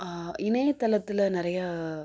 இணையத்தளத்தில் நிறையா